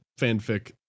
fanfic